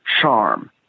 charm